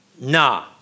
Nah